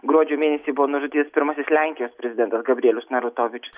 gruodžio mėnesį buvo nužudyt pirmasis lenkijos prezidentas gabrielius narutovič